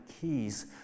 keys